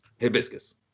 Hibiscus